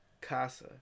casa